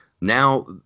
now